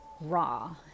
raw